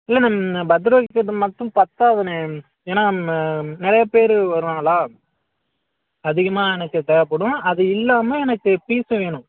இல்லைண்ணே நான் birthday cake மட்டும் பத்தாதுண்ணே ஏன்னால் நிறையப் பேர் வருவாங்களா அதிகமாக எனக்குத் தேவைப்படும் அது இல்லாமல் எனக்குப் பீஸும் வேணும்